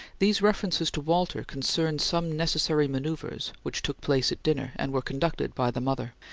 these references to walter concerned some necessary manoeuvres which took place at dinner, and were conducted by the mother,